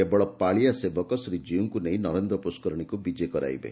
କେବଳ ପାଳିଆ ସେବକ ଶ୍ରୀଜୀଉଙ୍କୁ ନେଇ ନରେନ୍ଦ ପୁଷ୍କରିଶୀକୁ ବିଜେ କରାଇବେ